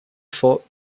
fort